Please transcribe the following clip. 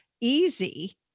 easy